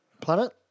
planet